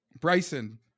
Bryson